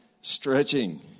stretching